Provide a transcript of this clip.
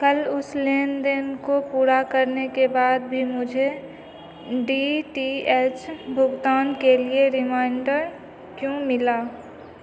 कल उस लेन देन को पूरा करने के बाद भी मुझे डी टी एच भुगतान के लिए रिमाइंडर क्यों मिला